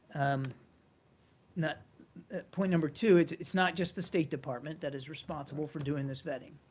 um not point number two, it's it's not just the state department that is responsible for doing this vetting.